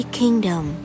kingdom